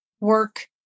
work